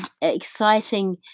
exciting